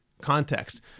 context